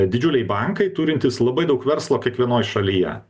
didžiuliai bankai turintys labai daug verslo kiekvienoj šalyje